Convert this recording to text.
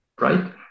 right